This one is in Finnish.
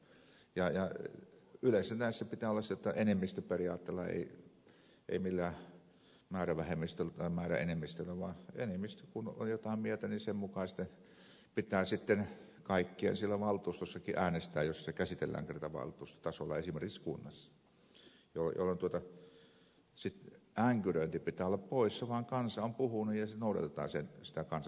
yleensä näissä pitää olla enemmistöperiaate ei mikään määrävähemmistö tai määräenemmistö vaan kun enemmistö on jotain mieltä niin sen mukaan pitää sitten kaikkien siellä valtuustossakin äänestää jos sitä käsitellään kerta valtuustotasolla esimerkiksi kunnassa jolloin änkyröinnin pitää olla poissa kansa on puhunut ja noudatetaan sitä kansan tahtoa